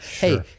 hey